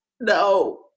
no